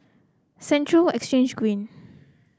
Central Exchange Green